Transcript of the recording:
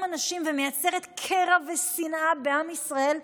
אנשים ומייצרת קרע ושנאה בעם ישראל,